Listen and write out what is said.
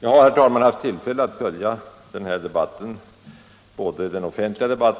Jag har, herr talman, haft tillfälle att följa både den offentliga